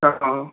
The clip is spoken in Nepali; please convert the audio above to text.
अँ